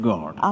God